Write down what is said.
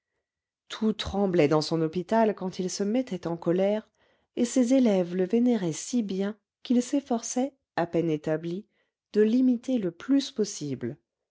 tout tremblait dans son hôpital quand il se mettait en colère et ses élèves le vénéraient si bien qu'ils s'efforçaient à peine établis de l'imiter le plus possible